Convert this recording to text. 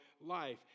life